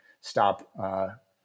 stop